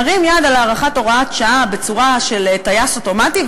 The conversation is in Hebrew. נרים יד על הארכת הוראת שעה בצורה של טייס אוטומטי,